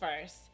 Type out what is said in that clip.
first